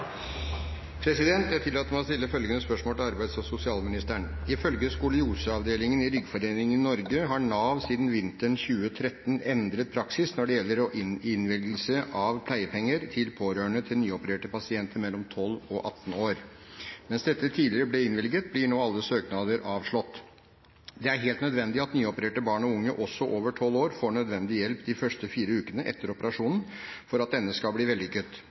til arbeids- og sosialministeren: «Ifølge skolioseavdelingen i Ryggforeningen i Norge har Nav siden vinteren 2013 endret praksis når det gjelder innvilgelse av pleiepenger til pårørende til nyopererte pasienter mellom 12 og 18 år. Mens dette tidligere ble innvilget, blir nå alle søknader avslått. Det er helt nødvendig at nyopererte barn og unge, også de over 12 år, får nødvendig hjelp de første fire ukene etter operasjonen for at denne skal bli vellykket.